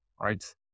right